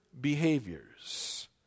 behaviors